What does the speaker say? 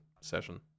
session